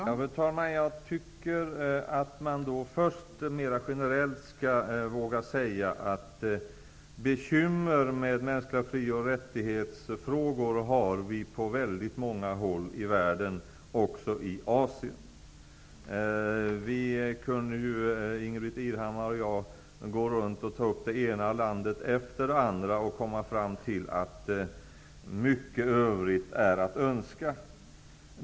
Fru talman! Jag vill först mer generellt säga att bekymmer med mänskliga fri och rättigheter finns på väldigt många håll i världen, också i Asien. Ingbritt Irhammar och jag skulle kunna ta upp det ena landet efter det andra och komma fram till att mycket övrigt är att önska.